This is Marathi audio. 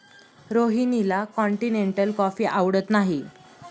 रोहिणीला कॉन्टिनेन्टल कॉफी आवडत नाही